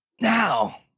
Now